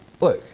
Look